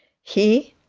he,